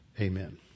Amen